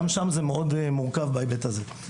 גם שם זה מאוד מורכב בהיבט הזה.